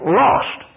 lost